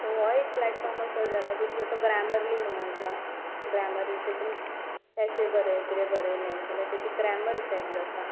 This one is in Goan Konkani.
सो हो एक प्लेटफोर्म असो जाला आनी दुसरो तो ग्रॅमर्ली म्हणून आसा ग्रॅमर्ली ताचेर एस्से बरय कितें बरयलें जाल्यार ताची ग्रॅमर चॅक जाता